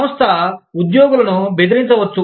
సంస్థ ఉద్యోగులను బెదిరించవచ్చు